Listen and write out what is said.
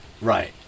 Right